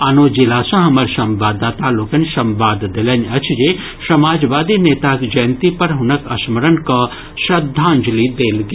आनो जिला सँ हमर संवाददाता लोकनि संवाद देलनि अछि जे समाजवादी नेताक जयंती पर हुनका स्मरण कऽ श्रद्धांजलि देल गेल